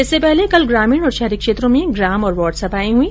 इससे पहले कल ग्रामीण और शहरी क्षेत्रों में ग्राम और वार्ड सभाएं हुई